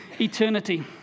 eternity